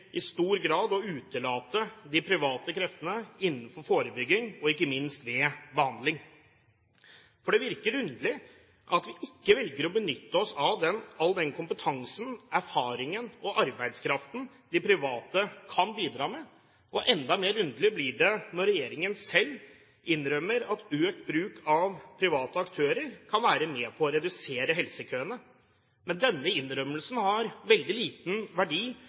i stor grad ønsker å utelate de private kreftene innenfor forebygging og ikke minst ved behandling. For det virker underlig at vi ikke velger å benytte oss av all den kompetansen, erfaringen og arbeidskraften de private kan bidra med. Enda mer underlig blir det når regjeringen selv innrømmer at økt bruk av private aktører kan være med på å redusere helsekøene. Men denne innrømmelsen har veldig liten verdi